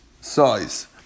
size